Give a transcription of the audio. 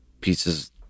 pieces